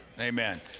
amen